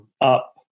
up